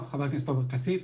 חבר הכנסת עופר כסיף,